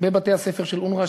בבתי-הספר של אונר"א,